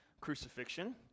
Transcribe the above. crucifixion